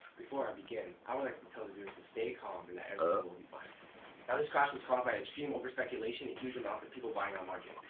before i begin, i would like to tell the viewers to stay calm and that everything will be fine. now this crash was caused by extreme over speculation in huge amounts of people buying on margin.